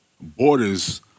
borders